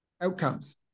outcomes